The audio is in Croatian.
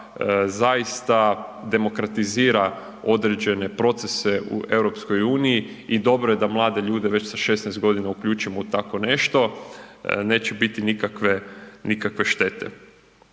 zaista demokratizira određene procese u EU i dobro je da mlade ljude već sa 16.g. uključimo u tako nešto, neće biti nikakve,